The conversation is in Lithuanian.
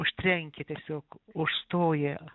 užtrenkia tiesiog užstoja